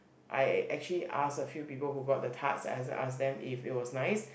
I actually ask a few people who bought the tarts as ask them if it was nice